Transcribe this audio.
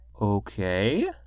Okay